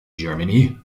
germany